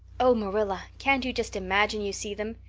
oh, marilla, can't you just imagine you see them?